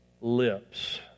lips